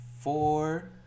four